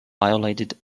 violated